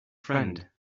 friend